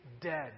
dead